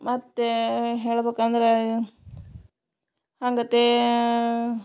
ಮತ್ತು ಹೇಳ್ಬೇಕಂದ್ರೆ ಹಂಗತ್ತೇ